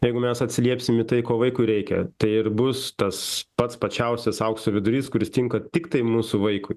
jeigu mes atsiliepsim į tai ko vaikui reikia tai ir bus tas pats pačiausias aukso vidurys kuris tinka tiktai mūsų vaikui